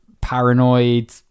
paranoid